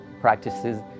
practices